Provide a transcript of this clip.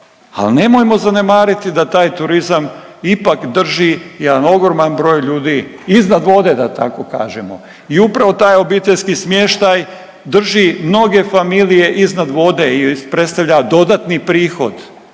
ali nemojmo zanemariti da taj turizam ipak drži jedan ogroman broj ljudi iznad vode da tako kažemo. I upravo taj obiteljski smještaj drži mnoge familije iznad vode i predstavlja dodatni prihod,